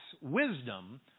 wisdom